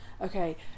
Okay